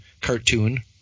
cartoon